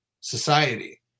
society